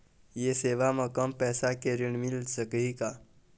ये सेवा म कम पैसा के ऋण मिल सकही का?